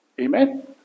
Amen